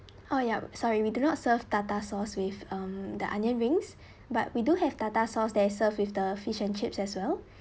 oh yup sorry we do not serve tartar sauce with um the onion rings but we do have tartar sauce that is served with the fish and chips as well